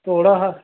तोड़ा हारा